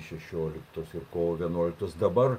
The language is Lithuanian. šešioliktos ir kovo vienuoliktos dabar